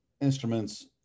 instruments